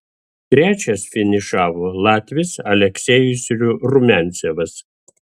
trečias finišavo latvis aleksejus rumiancevas